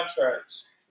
contracts